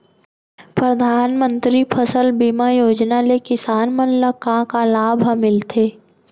परधानमंतरी फसल बीमा योजना ले किसान मन ला का का लाभ ह मिलथे?